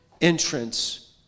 entrance